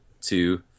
two